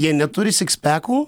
jie neturi sikspekų